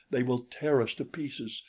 they will tear us to pieces,